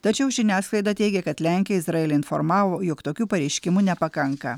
tačiau žiniasklaida teigia kad lenkija izraelį informavo jog tokių pareiškimų nepakanka